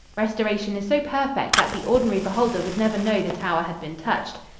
restoration is so perfect that the ordinary beholder would never know the tower had been touched.